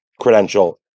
credential